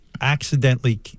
accidentally